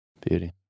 Beauty